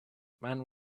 man